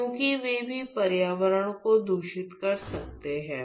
क्योंकि वे भी पर्यावरण को दूषित कर सकते हैं